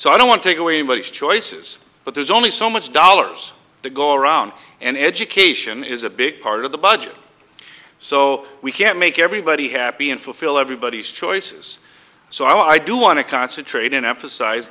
so i don't want to take away my choices but there's only so much dollars to go around and education is a big part of the budget so we can't make everybody happy and fulfilled everybody's choices so i do want to concentrate in emphasize